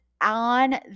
on